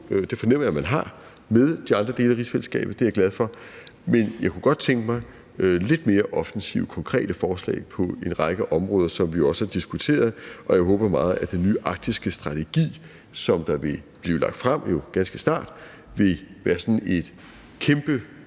det fornemmer jeg man har – med de andre dele af rigsfællesskabet. Det er jeg glad for, men jeg kunne godt tænke mig lidt mere offensive konkrete forslag på en række områder, som vi også har diskuteret, og jeg håber meget, at den nye arktiske strategi, som der jo ganske snart vil blive lagt frem, vil være sådan et kæmpe